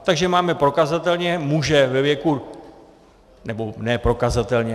Takže máme prokazatelně muže ve věku ne prokazatelně.